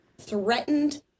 threatened